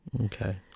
Okay